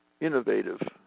innovative